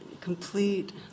complete